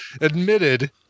admitted